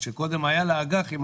שקודם היה לה אג"חים,